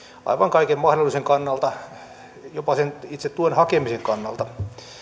aivan kaiken mahdollisen kannalta jopa sen itse tuen hakemisen kannalta